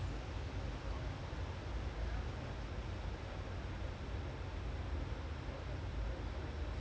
even arthur also they okay lah they was decent price but they could've paid like easily sell like ten twenty million higher